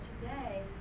today